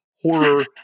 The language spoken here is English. horror